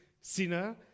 sinner